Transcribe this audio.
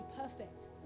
perfect